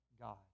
God